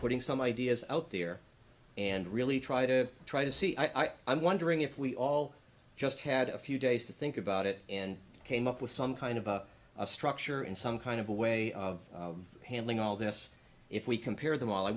putting some ideas out there and really try to try to see i'm wondering if we all just had a few days to think about it and came up with some kind of a structure and some kind of a way of handling all this if we compare them all i